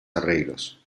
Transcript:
arreglos